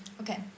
Okay